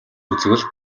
үзвэл